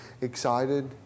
excited